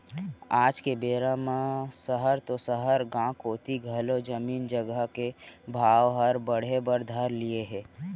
आज के बेरा म सहर तो सहर गॉंव कोती घलौ जमीन जघा के भाव हर बढ़े बर धर लिये हे